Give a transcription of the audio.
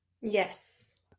yes